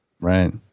right